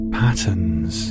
patterns